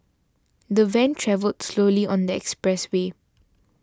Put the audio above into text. the van travelled slowly on the expressway